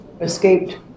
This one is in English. escaped